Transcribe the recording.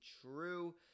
true